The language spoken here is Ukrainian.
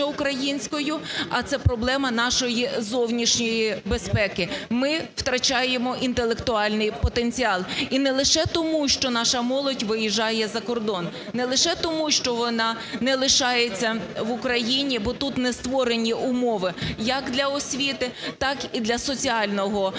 а це проблема нашої зовнішньої безпеки. Ми втрачаємо інтелектуальний потенціал і не лише тому, що наша молодь виїжджає за кордон, не лише тому, що вона не лишається в Україні, бо тут не створені умови як для освіти, так і для соціального